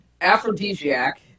Aphrodisiac